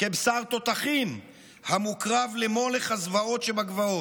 כבשר תותחים המוקרב למולך הזוועות שבגבעות,